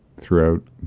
throughout